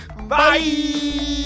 Bye